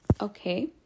Okay